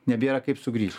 nebėra kaip sugrįšt